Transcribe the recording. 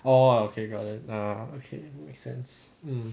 orh okay got it err okay make sense